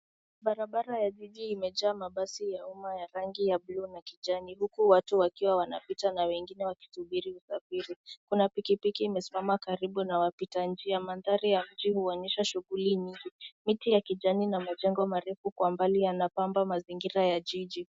Barabara ya jiji imejaa mabasi ya umma ya rangi bluu na kijani, huku watu wakiwa wanapita na wengine wakisubiri usafiri. Kuna pikipiki imesimama karibu na wapita njia. Mandhari ya mji huonyesha shughuli nyingi. Miti ya kijani na majengo marefu kwa mbali yanapamba mazingira ya jiji.